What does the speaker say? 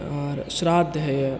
आओर श्राद्ध होइए